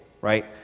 right